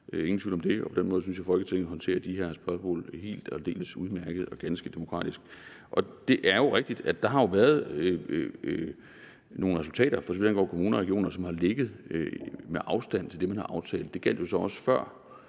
ingen tvivl om det, og på den måde synes jeg, Folketinget håndterer de her spørgsmål helt og aldeles udmærket og ganske demokratisk. Det er jo rigtigt, at der har været nogle resultater, for så vidt angår kommuner og regioner, som har ligget med afstand til det, man har aftalt. Det gjaldt så også, før